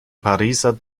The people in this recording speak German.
pariser